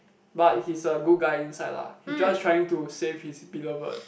but he's a good guy inside lah he's just trying to save his beloved